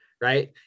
right